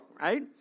right